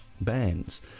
bands